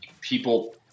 people